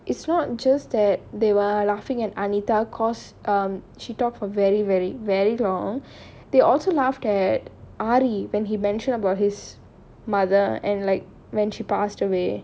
it's not just that they were laughing at anita because um she talked for very very very long they also laughed at uh at aari when he mentioned about his mother and like when she passed away